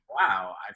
wow